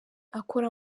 akora